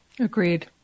Agreed